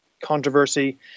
controversy